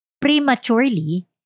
prematurely